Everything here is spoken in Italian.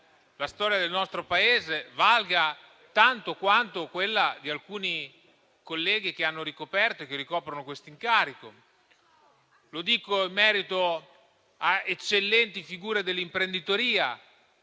la storia del nostro Paese, tanto quanto alcuni colleghi che hanno ricoperto e che ricoprono quest'incarico. Lo dico in merito a eccellenti figure dell'imprenditoria,